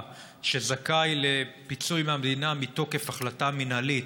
שזכאי לפיצוי מהמדינה מתוקף החלטה מינהלית,